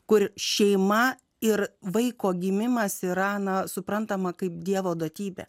kur šeima ir vaiko gimimas iraną suprantama kaip dievo duotybę